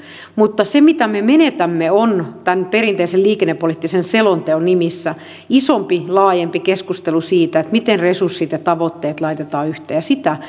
mutta se mitä me menetämme on tämän perinteisen liikennepoliittisen selonteon nimissä isompi laajempi keskustelu siitä miten resurssit ja tavoitteet laitetaan yhteen sitä